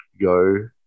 go